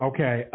Okay